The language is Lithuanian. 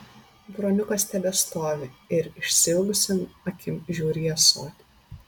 broniukas tebestovi ir išsiilgusiom akim žiūri į ąsotį